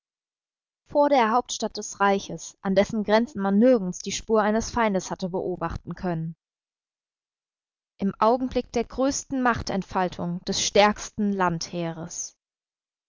vor der hauptstadt des reiches an dessen grenzen man nirgends die spur eines feindes hatte beobachten können im augenblick der größten machtentfaltung des stärksten